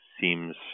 seems